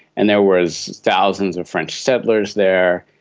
and there was thousands of french settlers there,